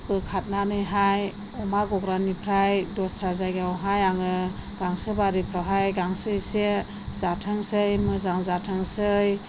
बोखारनानैहाय अमा गग्रानिफ्राय दस्रा जायगायावहाय आङो गांसो बारिफ्रावहाय गांसो एसे जाथोंसै मोजां जाथोंसै